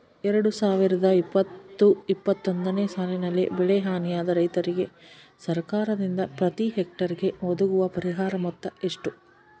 ಎರಡು ಸಾವಿರದ ಇಪ್ಪತ್ತು ಇಪ್ಪತ್ತೊಂದನೆ ಸಾಲಿನಲ್ಲಿ ಬೆಳೆ ಹಾನಿಯಾದ ರೈತರಿಗೆ ಸರ್ಕಾರದಿಂದ ಪ್ರತಿ ಹೆಕ್ಟರ್ ಗೆ ಒದಗುವ ಪರಿಹಾರ ಮೊತ್ತ ಎಷ್ಟು?